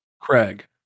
Craig